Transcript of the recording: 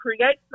create